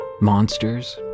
Monsters